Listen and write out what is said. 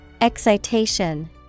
Excitation